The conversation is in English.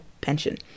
pension